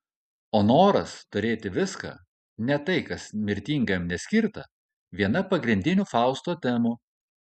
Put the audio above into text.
o noras turėti viską net tai kas mirtingajam neskirta viena pagrindinių fausto temų